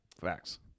Facts